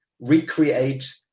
recreate